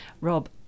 Rob